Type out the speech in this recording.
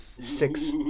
Six